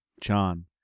John